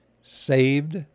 saved